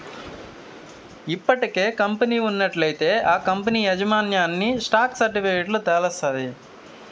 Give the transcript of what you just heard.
ఇప్పటికే కంపెనీ ఉన్నట్లయితే ఆ కంపనీ యాజమాన్యన్ని స్టాక్ సర్టిఫికెట్ల తెలస్తాది